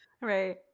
Right